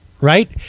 right